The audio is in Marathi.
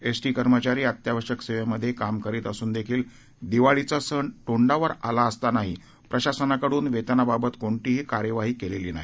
एसटी कर्मचारी अत्यावश्यक सेवेमध्ये काम करीत असून दिवाळीचा सण तोंडावर आलेला असतानाही प्रशासनाकडून वेतनाबाबत कोणतीही कार्यवाही केलेली नाही